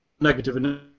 Negative